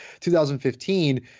2015